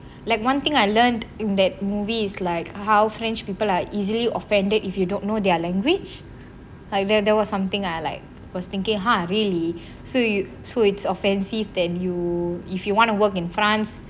like one thing I learned in that movie is like how french people are easily offended if you don't know their language either there was something I like was thinking ah really so it's offensive than you if you want to work in france